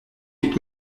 huit